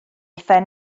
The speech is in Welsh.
phen